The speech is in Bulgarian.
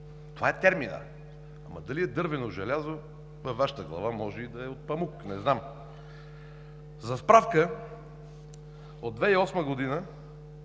Това е терминът. Ама дали е дървено желязо, във Вашата глава може и да е от памук, не знам. За справка – от 2008 г.